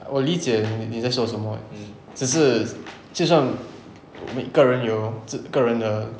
我理解你你在说什么只是就算我们个人有自个人的